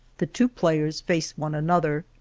the two players face one another.